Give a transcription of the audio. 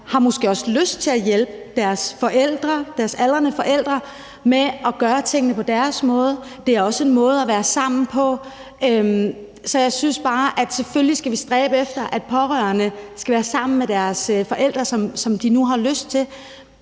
har måske også lyst til at hjælpe deres aldrende forældre med at gøre tingene på deres måde. De er også en måde at være sammen på. Så vi skal selvfølgelig stræbe efter, at pårørende skal være sammen med deres forældre, som de nu har lyst til,